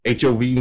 HOV